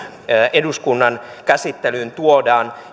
eduskunnan käsittelyyn tuodaan